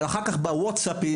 אבל אחר כך ב- WhatsApp ,